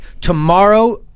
tomorrow